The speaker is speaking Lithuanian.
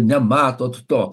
nematot to